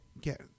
get